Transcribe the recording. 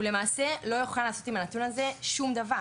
הוא למעשה לא יוכל לעשות עם הנתון הזה שום דבר.